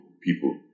people